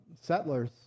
settlers